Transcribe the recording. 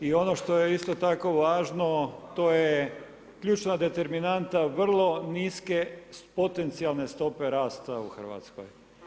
I ono što je isto tako važno to je ključna determinanta vrlo niske potencijalne stope rasta u Hrvatskoj.